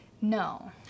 no